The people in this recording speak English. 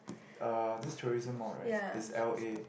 this tourism mod right is L_A